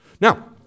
Now